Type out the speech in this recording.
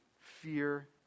fear